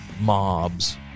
mobs